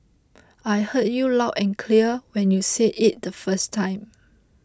I heard you loud and clear when you said it the first time